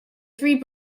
three